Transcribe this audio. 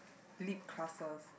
lit classes